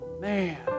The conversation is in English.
Man